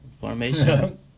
Formation